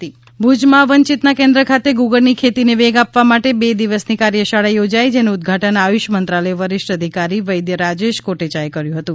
કચ્છમાં ગુગળની ખેતી ભુજમાં વન ચેતનાં કેન્દ્ર ખાતે ગુગળની ખેતીને વેગ આપવા માટે બે દિવસની કાર્યશાળા યોજાઈ ગઈ જેનું ઉદ્વાટન આયુષ મંત્રાલય વરીષ્ઠ અધિકારી વૈધ રાજેશ કોટેચાએ કર્યું હતું